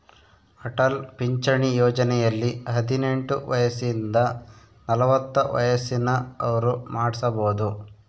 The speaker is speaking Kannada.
ಅಟಲ್ ಪಿಂಚಣಿ ಯೋಜನೆಯಲ್ಲಿ ಹದಿನೆಂಟು ವಯಸಿಂದ ನಲವತ್ತ ವಯಸ್ಸಿನ ಅವ್ರು ಮಾಡ್ಸಬೊದು